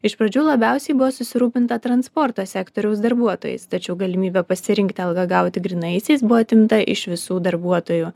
iš pradžių labiausiai buvo susirūpinta transporto sektoriaus darbuotojais tačiau galimybė pasirinkti algą gauti grynaisiais buvo atimta iš visų darbuotojų